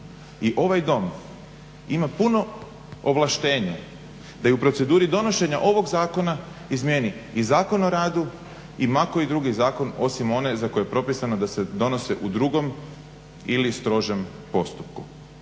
i ovaj Dom ima puno ovlaštenje da i u proceduri donošenja ovog zakona izmjeni i Zakon o radu i ma koji drugi zakon osim one za koje je propisano da se donose u drugom ili strožem postupku.